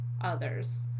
others